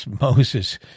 Moses